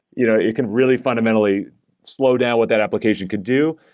you know it can really fundamentally slow down what that application could do.